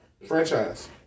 Franchise